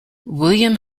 william